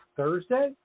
Thursday